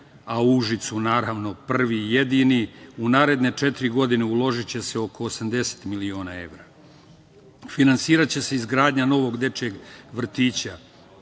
u Užicu prvi i jedini, u naredne četiri godine uložiće se oko 80 miliona evra. Finansiraće se izgradnja novog dečijeg vrtića.